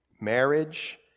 marriage